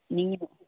நீங்கள்